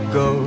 go